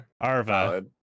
Arva